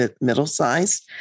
middle-sized